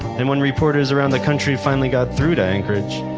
and when reporters around the country finally got through to anchorage,